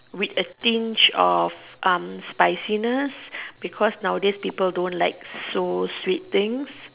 with a tinge of um spiciness because nowadays people don't like so sweet things